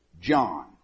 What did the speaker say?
John